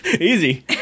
Easy